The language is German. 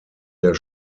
der